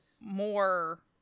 more